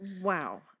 Wow